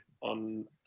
on